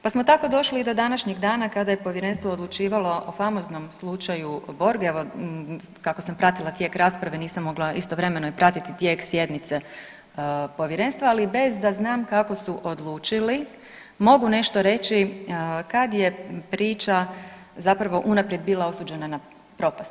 Pa smo tako došli i do današnjeg dana kada je Povjerenstvo odlučivalo o famoznom slučaju Borg, evo, kako sam pratila tijek rasprave, nisam mogla istovremeno i pratiti tijek sjednice Povjerenstva, ali bez da znam kako su odlučili, mogu nešto reći kad je priča zapravo unaprijed bila osuđena na propast.